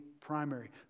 primary